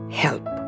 help।